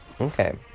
okay